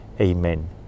Amen